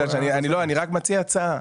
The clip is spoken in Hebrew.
לא, אני רק מציע הצעה.